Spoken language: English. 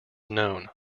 known